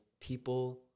people